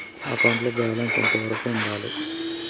Accounting లో balance ఎంత వరకు ఉండాలి?